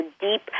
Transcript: deep